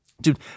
dude